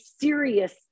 serious